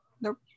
Nope